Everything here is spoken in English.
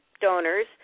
donors